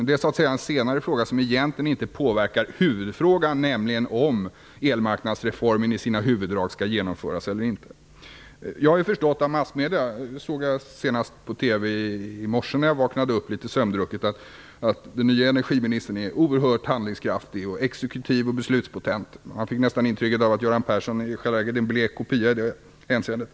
Men det är så att säga en senare fråga, som egentligen inte påverkar huvudfrågan, nämligen om elmarknadsreformen i sina huvuddrag skall genomföras eller inte. Jag har förstått av massmedierna, senast såg jag det på TV i morse när jag vaknade upp litet sömndrucket, att den nye energiministern är oerhört handlingskraftig, exekutiv och beslutspotent. Man fick nästan intrycket att Göran Persson i själva verket är en blek kopia i det hänseendet.